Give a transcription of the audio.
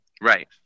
Right